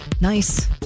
nice